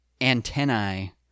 antennae